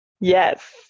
Yes